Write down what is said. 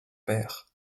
père